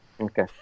Okay